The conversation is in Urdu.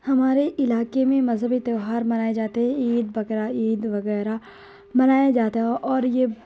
ہمارے علاقے میں مذہبی تیوہار منائے جاتے ہیں عید بقر عید وغیرہ منایا جاتا ہے اور یہ